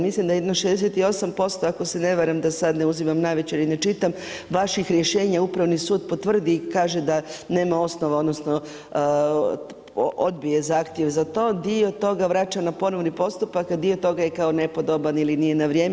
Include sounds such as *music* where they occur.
Mislim da je jedno 68% ako se ne varam da sada ne uzimam … *unintelligible* i ne čitam, vaših rješenja Upravni sud potvrdi i kaže da nema osnove, odnosno odbije zahtjev za to, dio toga vraća na ponovni postupak a dio toga je kao nepodoban ili nije na vrijeme.